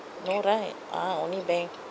no right uh only bank